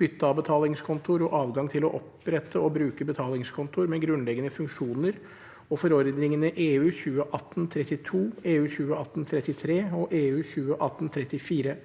bytte av betalingskontoer og adgang til å opprette og bruke betalingskontoer med grunnleggende funksjoner og forordningene (EU) 2018/32, (EU) 2018/33 og (EU) 2018/34